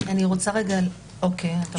אני